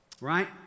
right